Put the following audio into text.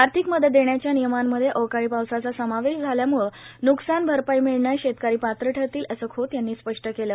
आर्थिक मदत देण्याच्या नियमांमध्ये अवकाळी पावसाचा समावेश झाल्याम्ळे न्कसान भरपाई मिळण्यास शेतकरी पात्र ठरतील असं खोत यांनी स्पष्ट केलं